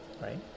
right